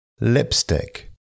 lipstick